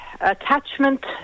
attachment